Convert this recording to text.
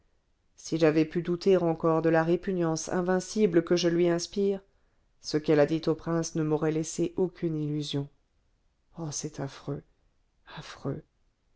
si j'avais pu douter encore de la répugnance invincible que je lui inspire ce qu'elle a dit au prince ne m'aurait laissé aucune illusion oh c'est affreux affreux